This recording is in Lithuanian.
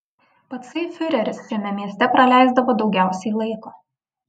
patsai fiureris šiame mieste praleisdavo daugiausiai laiko